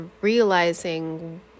realizing